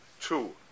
Two